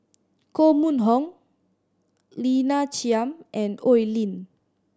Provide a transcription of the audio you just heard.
Koh Mun Hong Lina Chiam and Oi Lin